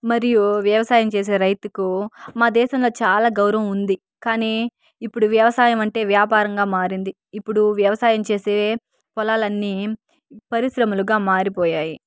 మరియు వ్యవసాయం చేసే రైతుకు మా దేశంలో చాలా గౌరవం ఉంది కానీ ఇప్పుడు వ్యవసాయం అంటే వ్యాపారంగా మారింది ఇప్పుడు వ్యవసాయం చేసే పొలాలన్నీ పరిశ్రమలుగా మారిపోయాయి